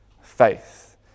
Faith